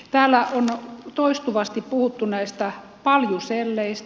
täällä on toistuvasti puhuttu näistä paljuselleistä